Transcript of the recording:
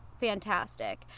fantastic